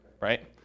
right